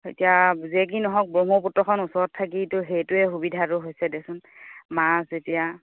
এতিয়া যে কি নহওক ব্ৰহ্মপুত্ৰখন ওচৰত থাকিতো সেইটোৱে সুবিধাটো হৈছে দেচোন মাছ যেতিয়া